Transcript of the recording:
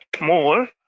more